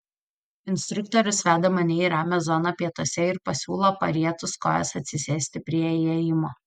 instruktorius veda mane į ramią zoną pietuose ir pasiūlo parietus kojas atsisėsti prie įėjimo